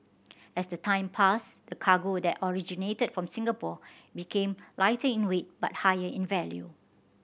as the time passed the cargo that originated from Singapore became lighting in weight but higher in value